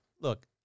Look